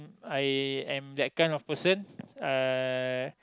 I am that kind of person